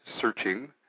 searching